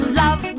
love